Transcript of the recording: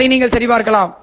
அதை நீங்கள் சரிபார்க்கலாம்